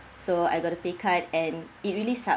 so I got a pay cut and it really sucks